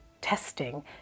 testing